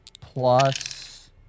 plus